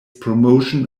promotion